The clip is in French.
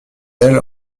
elle